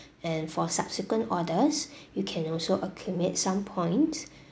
and for subsequent orders you can also accumulate some points